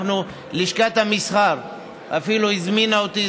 לשכת המסחר אפילו הזמינה אותי,